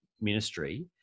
ministry